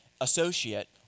associate